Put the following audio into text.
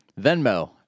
Venmo